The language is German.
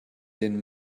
denen